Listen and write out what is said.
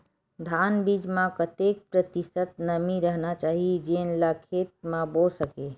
धान बीज म कतेक प्रतिशत नमी रहना चाही जेन ला खेत म बो सके?